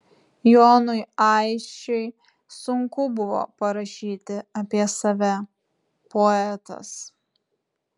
jonui aisčiui sunku buvo parašyti apie save poetas